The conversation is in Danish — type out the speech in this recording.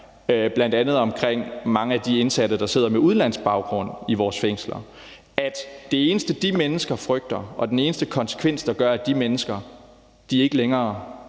bl.a.fortalte mig om mange af de indsatte, der har udenlandsk baggrund i vores fængsler, at det eneste, de mennesker frygter, og den eneste konsekvens, der gør, at de mennesker ikke længere